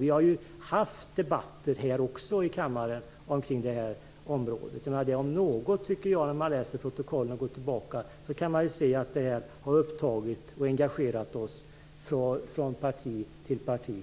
Vi har ju också tidigare haft debatter om detta område här i kammaren. När man går tillbaka och läser i protokollen kan man ju se att frågan har upptagit och engagerat oss från parti till parti.